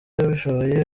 abishoboye